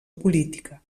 política